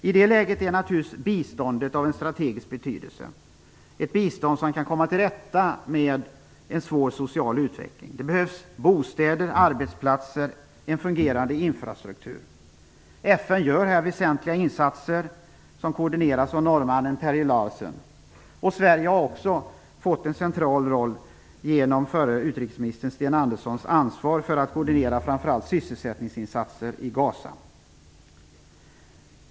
I det läget är biståndet naturligtvis av strategisk betydelse - ett bistånd som kan komma till rätta med en svår social utveckling. Det behövs bostäder, arbetsplatser och en fungerande infrastruktur. FN gör här väsentliga insatser som koordineras av norrmannen Terje Larsen. Sverige har också fått en central roll genom förre utrikesministern Sten Anderssons ansvar för att koordinera framför allt sysselsättningsinsatser i Gaza.